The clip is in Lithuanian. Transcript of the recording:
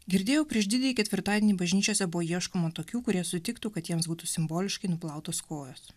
girdėjau prieš didįjį ketvirtadienį bažnyčiose buvo ieškoma tokių kurie sutiktų kad jiems būtų simboliškai nuplautos kojos